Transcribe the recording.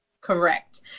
correct